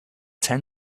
ten